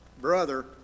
brother